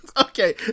Okay